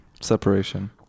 separation